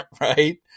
right